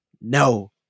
No